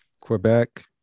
Quebec